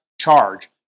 charge